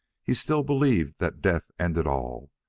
he still believed that death ended all,